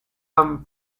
and